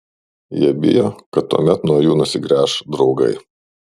jie bijo kad tuomet nuo jų nusigręš draugai